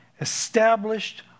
established